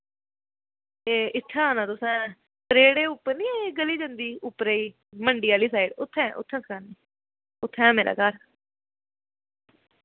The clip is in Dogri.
एह् इत्थै आना तुसें परेड एह् उप्पर नी गली जन्दी उप्परै गी मंडी आह्ली साइड उत्थै उत्थै करानी उत्थै ऐ मेरा घर